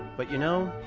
but, you know,